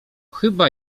chyba